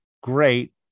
great